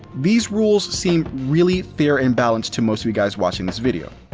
these rules seem really fair and balanced to most of you guys watching this video.